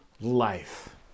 life